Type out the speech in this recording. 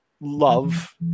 love